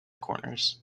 corners